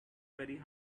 very